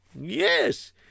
Yes